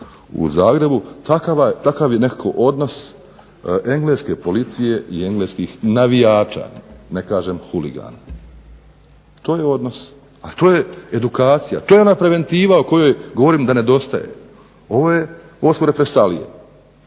u Zagrebu, takav je nekako odnos engleske policije i engleskih navijača, ne kažem huligani. To je odnos, to je edukacija, to je ona preventiva o kojoj govorim da ne dostaje. Ovo su represalije,